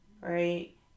right